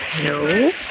No